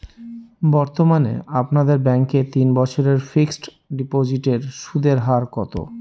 বর্তমানে আপনাদের ব্যাঙ্কে তিন বছরের ফিক্সট ডিপোজিটের সুদের হার কত?